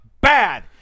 bad